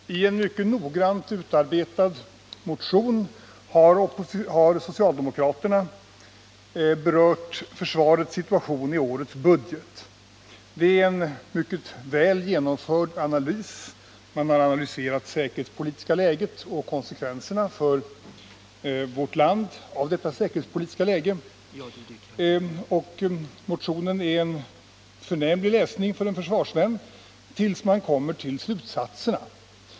Herr talman! I en mycket noggrant utarbetad motion har socialdemokraterna berört försvarets situation i årets budget. Det är en mycket väl genomförd analys. Man har analyserat det säkerhetspolitiska läget och konsekvenserna för vårt land av detta säkerhetspolitiska läge. Motionen är en förnämlig läsning för en försvarsvän, tills man kommer till slutsatserna.